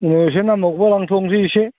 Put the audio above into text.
उनाव एसे नांबावगौब्ला लांथनोसै एसे